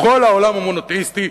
לכל העולם המונותיאיסטי.